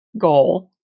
goal